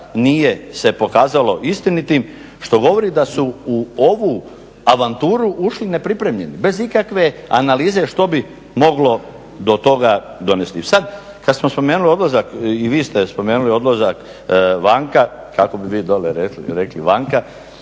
nije se pokazalo istinitim što govori da su u ovu avanturu ušli nepripremljeni bez ikakve analize što bi moglo do toga dovesti. I sad kad smo spomenuli odlazak, i vi ste spomenuli odlazak vanka kako bi vi dole rekli vanka,